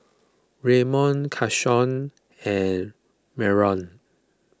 Ramon Keshaun and Mallorie